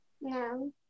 no